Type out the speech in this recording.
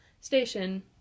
station